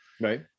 right